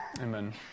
Amen